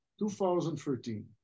2013